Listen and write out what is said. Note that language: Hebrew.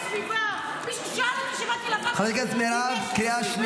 מישהו שאל אותי כשבאתי לבקו"ם --- סביבה?